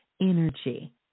energy